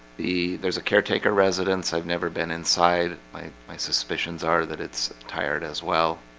the there's a caretaker residence. i've never been inside my my suspicions are that it's tired as well.